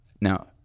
Now